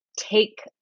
take